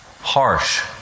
harsh